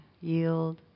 yield